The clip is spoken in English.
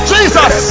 Jesus